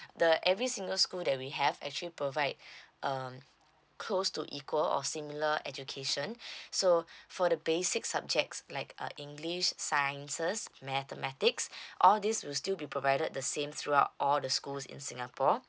the every single school that we have actually provide um close to equal or similar education so for the basic subjects like uh english sciences mathematics all these will still be provided the same throughout all the schools in singapore